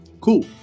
Cool